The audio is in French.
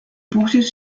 poursuivre